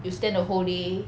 you stand the whole day